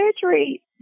surgery